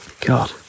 God